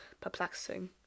perplexing